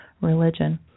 religion